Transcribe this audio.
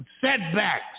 setbacks